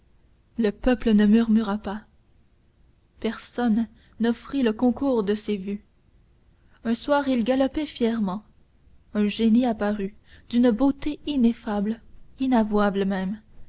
le peuple ne murmura pas personne n'offrit le concours de ses vues un soir il galopait fièrement un génie apparut d'une beauté ineffable inavouable même